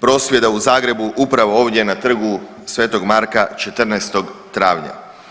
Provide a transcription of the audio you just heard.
prosvjeda u Zagrebu upravo ovdje na Trgu sv. Marka 14. travnja.